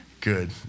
Good